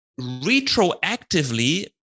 retroactively